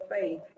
faith